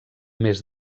més